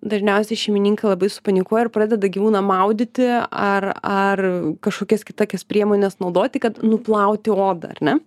dažniausiai šeimininkai labai supanikuoja ir pradeda gyvūną maudyti ar ar kažkokias kitokias priemones naudoti kad nuplauti odą ar ne